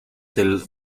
del